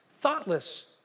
thoughtless